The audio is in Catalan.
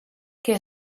que